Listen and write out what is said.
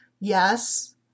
Yes